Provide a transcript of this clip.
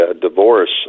divorce